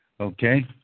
Okay